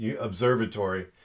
Observatory